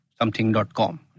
something.com